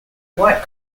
white